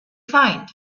find